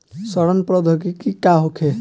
सड़न प्रधौगकी का होखे?